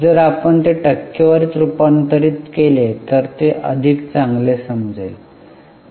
जर आपण ते टक्केवारीत रूपांतरित केले तर ते अधिक चांगले समजते